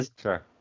Sure